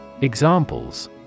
Examples